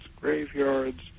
graveyards